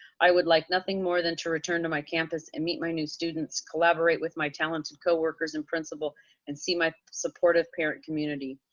i would like nothing more than to return to my campus and meet my new students, collaborate with my talented coworkers and principal and see my supportive parent community.